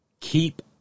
keep